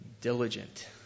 diligent